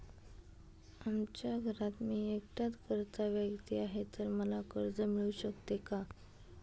आमच्या घरात मी एकटाच कर्ता व्यक्ती आहे, तर मला कर्ज मिळू शकते का?